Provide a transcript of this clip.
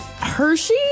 Hershey